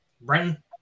Brenton